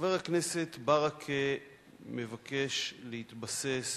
חבר הכנסת ברכה מבקש להתבסס